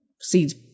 seeds